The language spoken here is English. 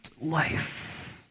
life